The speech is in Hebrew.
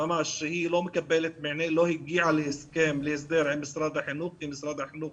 שהיא לא הגיעה להסדר עם משרד החינוך כי משרד החינוך